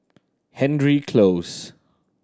Hendry Close